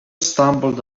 stumbled